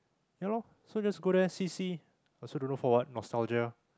yeah lor so just go there see see I also don't know for what nostalgia